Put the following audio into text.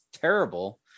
terrible